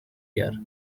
year